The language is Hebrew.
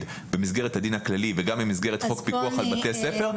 במסגרת הדין הכללי וגם במסגרת חוק פיקוח על בתי הספר.